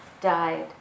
died